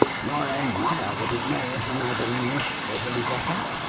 your own mother wouldn't know you from adam in this spiffing get-up.